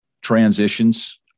transitions